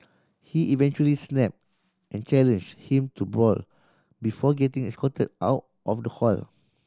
he eventually snap and challenge him to a brawl before getting escorted out of the hall